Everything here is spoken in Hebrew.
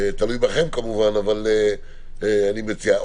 תלוי בכם, כמובן, אבל אני מציע.